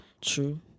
True